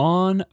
on